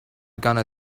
gonna